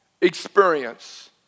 experience